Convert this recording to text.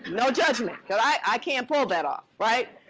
no judgment, because i can't pull that off, right?